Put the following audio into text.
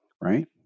right